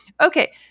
okay